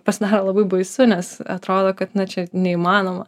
pasidaro labai baisu nes atrodo kad na čia neįmanoma